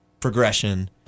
progression